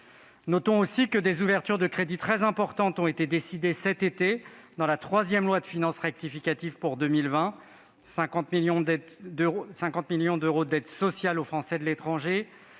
Notons aussi que des ouvertures de crédits très importantes ont été décidées cet été, dans la troisième loi de finances rectificative pour 2020 : quelque 50 millions d'euros pour les aides sociales aux Français de l'étranger